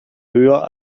höher